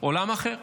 עולם אחר.